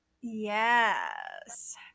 yes